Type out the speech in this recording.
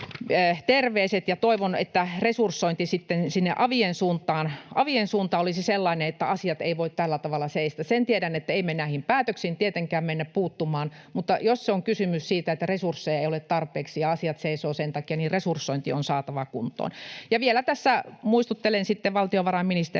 Toivon, että resursointi avien suuntaan olisi sellainen, että asiat eivät tällä tavalla seiso. Emme me näihin päätöksiin tietenkään mene puuttumaan, mutta jos on kysymys siitä, että asiat seisovat sen takia, että resursseja ei ole tarpeeksi, niin resursointi on saatava kuntoon. Vielä tässä muistuttelen valtiovarainministeriä,